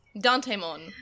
Dante-mon